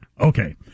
Okay